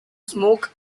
smoke